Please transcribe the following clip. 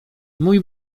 mój